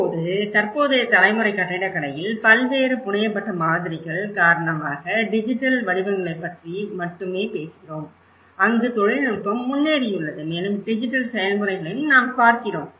இப்போது தற்போதைய தலைமுறை கட்டிடக்கலையில் பல்வேறு புனையப்பட்ட மாதிரிகள் காரணமாக டிஜிட்டல் வடிவங்களைப் பற்றி மட்டும் பேசுகிறோம் அங்கு தொழில்நுட்பம் முன்னேறியுள்ளது மேலும் டிஜிட்டல் செயல்முறைகளையும் நாம் பார்க்கிறோம்